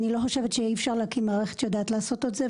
אני לא חושבת שאי אפשר להקים מערכת שיודעת לעשות את זה,